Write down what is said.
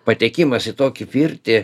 patekimas į tokį pirtį